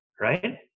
right